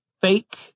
fake